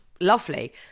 lovely